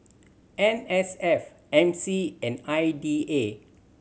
N S F M C and I D A